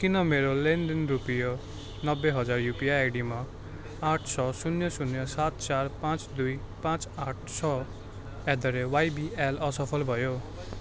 किन मेरो लेनदेन रुपियाँ नब्बे हजार युपिआई आइडीमा आठ छ शून्य शून्य सात चार पाँच दुई पाँच आठ छ एट द रेट वाइबिएल असफल भयो